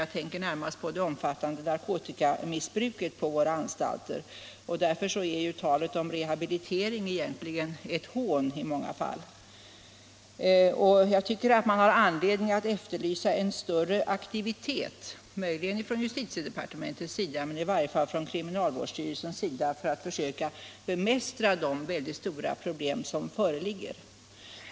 Jag tänker närmast på det omfattande narkotikamissbruket på våra anstalter, som gör att talet om rehabilitering i många fall egentligen är ett hån. Jag tycker att man har anledning att efterlysa en större aktivitet, möjligen från justitiedepartementets sida men i varje fall från kriminalvårdsstyrelsens sida, för att försöka bemästra de väldiga problem som föreligger.